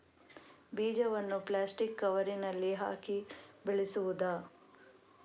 ಬೀಜವನ್ನು ಪ್ಲಾಸ್ಟಿಕ್ ಕವರಿನಲ್ಲಿ ಹಾಕಿ ಬೆಳೆಸುವುದಾ?